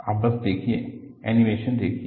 आप बस देखिए एनीमेशन देखिए